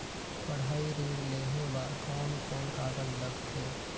पढ़ाई ऋण लेहे बार कोन कोन कागज लगथे?